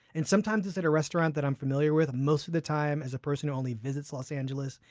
and sometimes it's at a restaurant that i'm familiar with. most of the time, as a person who only visits los angeles,